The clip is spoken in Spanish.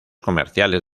comerciales